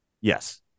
Yes